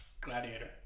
Gladiator